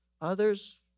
Others